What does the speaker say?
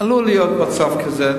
עלול להיות מצב כזה.